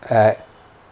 err